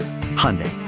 Hyundai